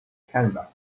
canada